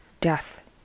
death